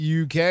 UK